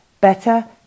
Better